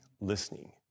listening